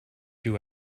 you